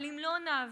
אבל אם לא נעביר